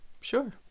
Sure